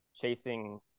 chasing